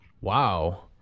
Wow